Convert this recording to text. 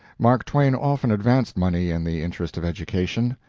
mark twain often advanced money in the interest of education.